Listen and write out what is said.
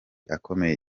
akomeye